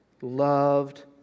loved